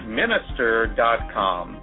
minister.com